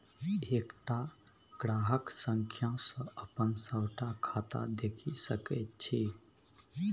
एकटा ग्राहक संख्या सँ अपन सभटा खाता देखि सकैत छी